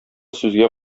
сүзгә